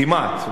כמעט,